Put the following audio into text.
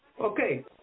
Okay